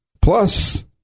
Plus